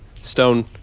Stone